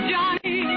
Johnny